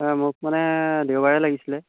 নাই মোক মানে দেওবাৰে লাগিছিলে